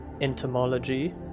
entomology